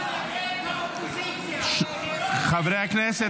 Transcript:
חברי הכנסת,